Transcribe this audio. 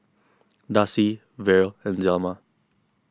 Darcie Verle and Zelma